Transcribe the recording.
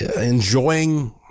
enjoying